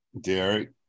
Derek